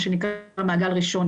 מה שנקרא מעגל ראשון,